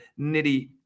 nitty